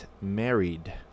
married